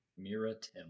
Miratim